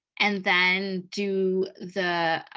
and then do the